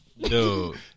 Dude